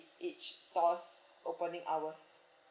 each stores opening hours